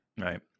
Right